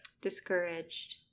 Discouraged